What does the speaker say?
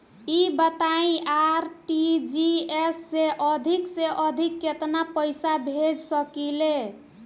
ई बताईं आर.टी.जी.एस से अधिक से अधिक केतना पइसा भेज सकिले?